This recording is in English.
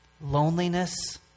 loneliness